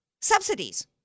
subsidies